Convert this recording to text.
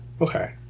Okay